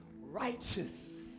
righteous